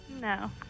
No